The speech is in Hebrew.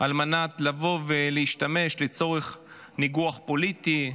על מנת לבוא, להשתמש לצורך ניגוח פוליטי.